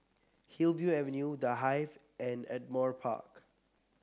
Hillview Avenue The Hive and Ardmore Park